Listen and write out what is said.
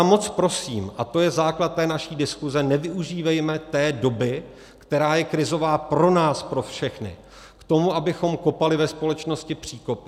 Já moc prosím, a to je základ té naší diskuse, nevyužívejme té doby, která je krizová pro nás pro všechny, k tomu, abychom kopali ve společnosti příkopy.